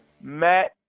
Matt